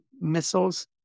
missiles